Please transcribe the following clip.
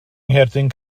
ngherdyn